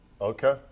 Okay